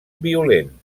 violent